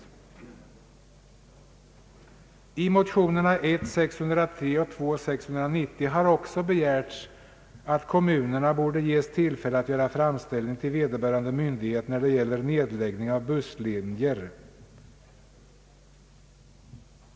I de likalydande motionerna 1I:603 och II: 690 har också begärts att kommunerna borde ges tillfälle att göra framställning till vederbörande myndighet när det gäller nedläggning av busslinje.